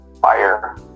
Fire